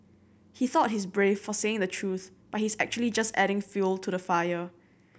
he thought he's brave for saying the truth but he's actually just adding fuel to the fire